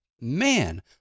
man